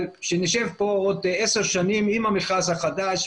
כשנשב כאן בעוד 10 שנים עם המכרז החדש,